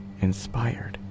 inspired